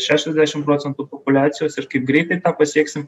šešiasdešim prcentų populiacijos ir kaip greitai pasieksim